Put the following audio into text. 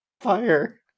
fire